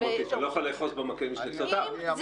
מוטי, אתה לא יכול לאחוז במקל בשני קצותיו.